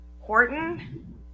Horton